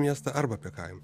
miestą arba apie kaimą